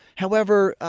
however,